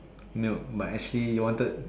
milk but actually you wanted